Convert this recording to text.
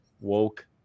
woke